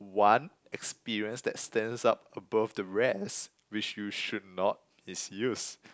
one experience that stands up above the rest which you should not misuse